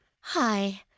Hi